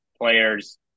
players